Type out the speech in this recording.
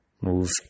move